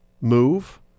move